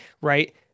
Right